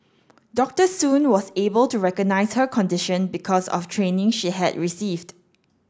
Doctor Soon was able to recognise her condition because of training she had received